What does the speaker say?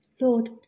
Lord